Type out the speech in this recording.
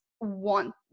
want